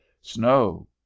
snow